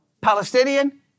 Palestinian